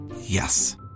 Yes